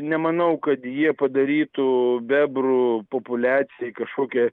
nemanau kad jie padarytų bebrų populiacijai kažkokią